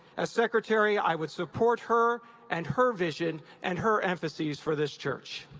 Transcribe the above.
as secretary i would support her and her vision and her emphases for this church.